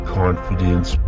confidence